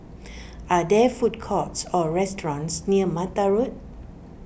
are there food courts or restaurants near Mata Road